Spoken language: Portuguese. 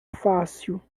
fácil